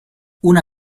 una